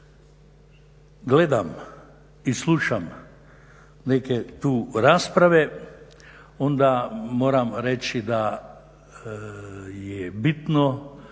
gledam i slušam neke tu rasprave onda moram reći da je bitno